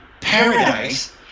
paradise